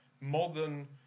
modern